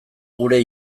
gure